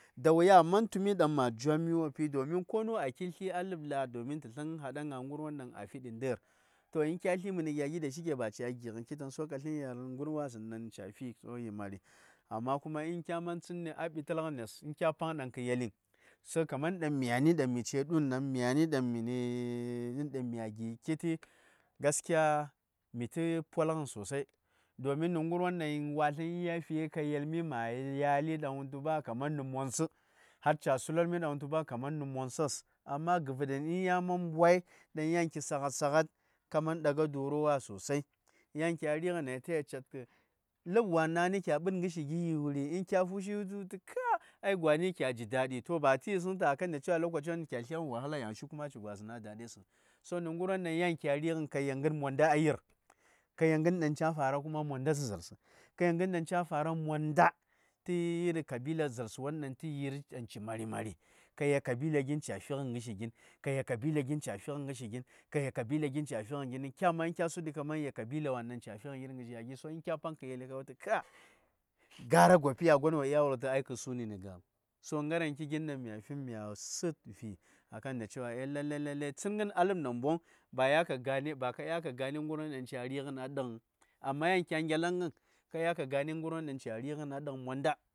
Da wuya a man tumi ɗaŋ ma jwa:m wopi nu domin konu a kir sli a ləb kə la: domin tə səŋ hada ŋa ngənwon ɗaŋ a fi di ndə:r to kya th məni gya gi da shike ca gingən kitən ka səŋ yel ngərwasəŋ dan ca fi yi mari amma kuma kya man tsənni a ɓital ngənes kya paŋ ɗaŋ kə yeli so kaman ɗaŋ mya:ni ce du:n ɗaŋ mya gingən kitn gaskiya mi polngəni sosai domin gaerwon daŋ watləm mya nayi ɗaŋ moŋsə har ca sular mi ɗaŋ moŋsə amma ləb ya man mɓwa gi kaman ɗaga dorowa sosai, yan kya rin ta cet kə ləb wa:n kya ɓə:t ngərshi gin wuri? Kya fushi tə wul tu ka; gwan nə daɗi, toh tə yisəŋ tu a kan da cewa lokaci won ɗaŋ ki a slyaghən wahala tə tayi gwasəŋ a daɗi so nə ngərwon ɗaŋ ya kya rigən ka yel agən monda a yiir ka yel ngən ɗaŋ ca fara kuma monda tə zaarsə-ka yel ngən ɗaŋ ca fara tə kabila gin ca fingən ngərshi gi kya sungədi kaman yel kabila ŋwai ma mari ka wultu gara gopi ya don wo səŋ a ləb namboŋ ba ka dya kə gane ngərwon nən amma yan kya ŋelangən ka gane rgən won ɗa ɗikes mondah.